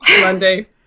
Monday